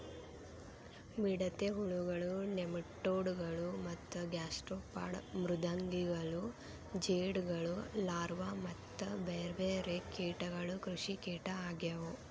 ಮಿಡತೆ ಹುಳಗಳು, ನೆಮಟೋಡ್ ಗಳು ಮತ್ತ ಗ್ಯಾಸ್ಟ್ರೋಪಾಡ್ ಮೃದ್ವಂಗಿಗಳು ಜೇಡಗಳು ಲಾರ್ವಾ ಮತ್ತ ಬೇರ್ಬೇರೆ ಕೇಟಗಳು ಕೃಷಿಕೇಟ ಆಗ್ಯವು